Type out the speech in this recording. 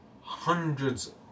hundreds